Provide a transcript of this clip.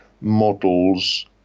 models